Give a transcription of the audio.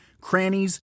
crannies